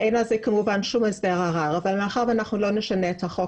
כמובן אין לזה שום הסדר ערר אבל מאחר ואנחנו לא נשנה את החוק,